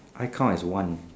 I count as one